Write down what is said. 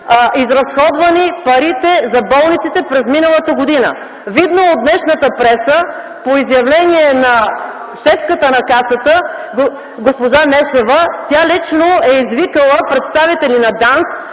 изразходвани парите за болниците през миналата година. Видно от днешната преса, по изявление на шефката на Касата - госпожа Нешева, тя лично е извикала представители на ДАНС